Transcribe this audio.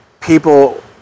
people